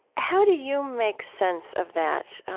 how do you make sense of that?